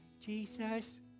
Jesus